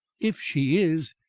if she is,